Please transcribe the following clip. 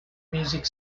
music